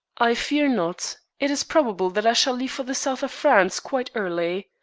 i fear not. it is probable that i shall leave for the south of france quite early.